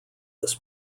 this